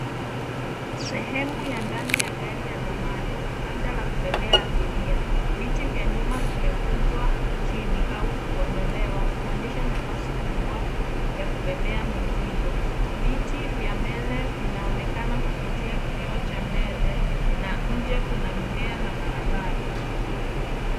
Sehemu ya ndani ya gari ya zamani, labda la kubebea abiria, viti vya nyuma vimekunjwa chini au kuondolewa kuonyesha nafasi kubwa ya kubebea mizigo. Viti vya mbele vinaonekana kupitia kioo cha mbele na nje kuna mimea na barabara.